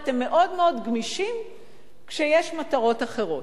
הם מאוד מאוד גמישים כשיש מטרות אחרות.